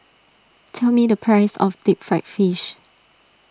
tell me the price of Deep Fried Fish